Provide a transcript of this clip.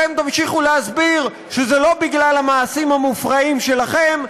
אתם תמשיכו להסביר שזה לא בגלל המעשים המופרעים שלכם,